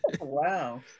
Wow